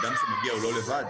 האדם שמגיע הוא לא לבד.